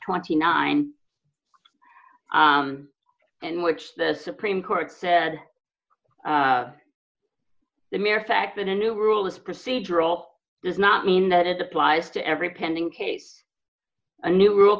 twenty nine and which the supreme court said the mere fact that a new rule is procedural does not mean that it applies to every pending case a new rule